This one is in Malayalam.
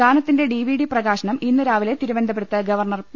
ഗാനത്തിന്റെ ഡിവിഡി പ്രകാശനം ഇന്ന് രാവിലെ തിരുവനന്തപുരത്ത് ഗവർണർ പി